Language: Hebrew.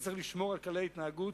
וצריך לשמור על כללי התנהגות,